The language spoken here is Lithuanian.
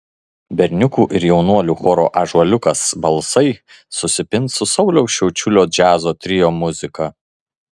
berniukų ir jaunuolių choro ąžuoliukas balsai susipins su sauliaus šiaučiulio džiazo trio muzika